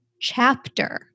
chapter